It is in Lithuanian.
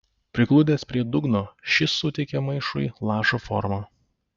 prigludęs prie dugno šis suteikė maišui lašo formą